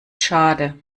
schade